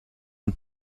ein